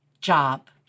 job